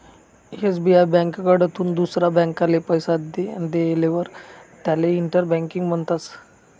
SBI ब्यांककडथून दुसरा ब्यांकले पैसा देयेलवर त्याले इंटर बँकिंग म्हणतस